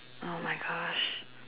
!oh-my-gosh!